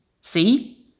See